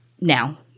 now